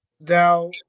now